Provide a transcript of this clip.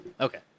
Okay